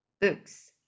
books